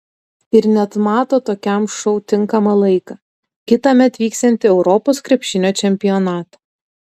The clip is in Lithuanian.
ir net mato tokiam šou tinkamą laiką kitąmet vyksiantį europos krepšinio čempionatą